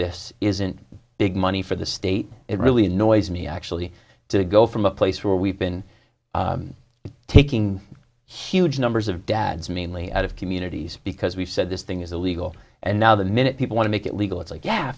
this isn't big money for the state it really annoys me actually to go from a place where we've been taking huge numbers of dads mainly out of communities because we've said this thing is illegal and now the minute people want to make it legal it's like yeah